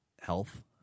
health